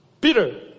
Peter